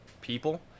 people